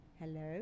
hello